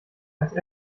als